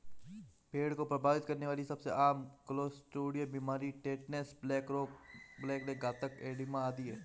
भेड़ को प्रभावित करने वाली सबसे आम क्लोस्ट्रीडिया बीमारियां टिटनेस, ब्लैक लेग, घातक एडिमा आदि है